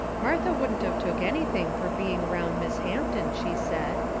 martha wouldn't of took anything fur being around miss hampton, she said.